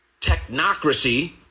technocracy